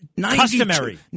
Customary